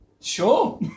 Sure